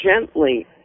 gently